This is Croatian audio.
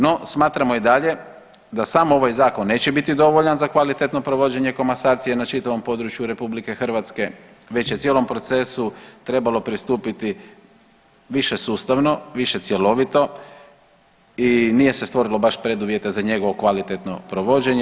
No, smatramo i dalje i da sam ovaj zakon neće biti dovoljan za kvalitetno provođenje komasacije na čitavom području RH već je cijelom procesu trebalo pristupiti više sustavno, više cjelovito i nije se stvorilo baš preduvjete za njegovo kvalitetno provođenje.